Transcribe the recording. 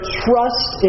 trust